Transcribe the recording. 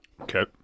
Okay